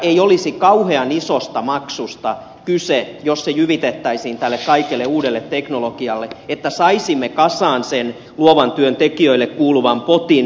ei olisi kauhean isosta maksusta kyse jos se jyvitettäisiin tälle kaikelle uudelle teknologialle että saisimme kasaan sen luovan työn tekijöille kuuluvan potin